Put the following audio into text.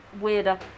weirder